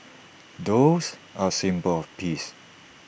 doves are A symbol of peace